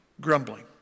grumbling